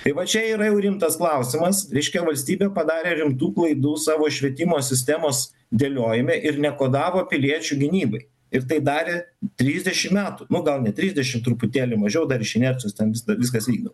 tai va čia yra jau rimtas klausimas reiškia valstybė padarė rimtų klaidų savo švietimo sistemos dėliojime ir nekodavo piliečių gynybai ir tai darė trisdešimt metų nu gal ne trisdešimt truputėlį mažiau dar iš inercijos vis da viskas vykdo